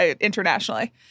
internationally